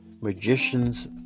magician's